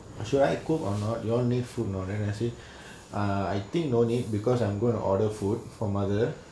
should I cook or not you all need food not and I say ah I think no need because I'm gone to order food for mother